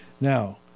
Now